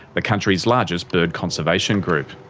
the country's largest bird conservation group.